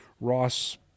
Ross